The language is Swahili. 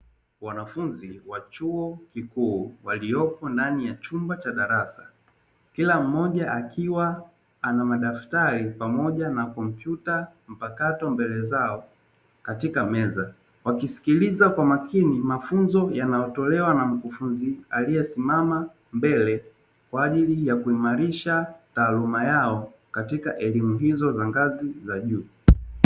Wanafunzi wa chuo kikuu waliopo ndani ya chumba cha darasa, kila mmoja akiwa ana madafari pamoja na kompyuta mpakato mbele zao katika meza. Wakisikiliza kwa makini mafunzo yanayotolewa na mkufunzi aliyesimama mbele kwa ajili ya kuimarisha taaluma yao katika elimu hizo za ngazi za juu.